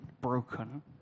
broken